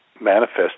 Manifest